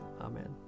Amen